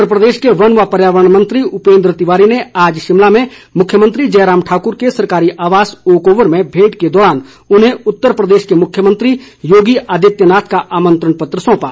उत्तर प्रदेश के वन व पर्यावरण मंत्री उपेंद्र तिवारी ने आज शिमला में मुख्यमंत्री जयराम ठाकुर के सरकारी आवास ओक ओवर में भेंट के दौरान उन्हें उत्तर प्रदेश के मुख्यमंत्री योगी आदित्यनाथ का आमंत्रण पत्र सौंपा